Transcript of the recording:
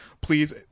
please